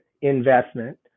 investment